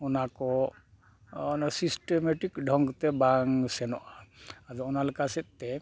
ᱚᱱᱟ ᱠᱚ ᱰᱷᱚᱝᱛᱮ ᱵᱟᱝ ᱥᱮᱱᱚᱜᱼᱟ ᱟᱫᱚ ᱚᱱᱟ ᱞᱮᱠᱟ ᱥᱮᱫᱛᱮ